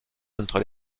entre